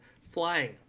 flying